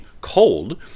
cold